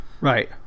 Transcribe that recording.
right